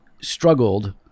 struggled